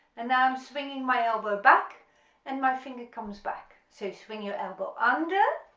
and now i'm swinging my elbow back and my finger comes back so swing your elbow under,